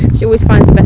she always finds but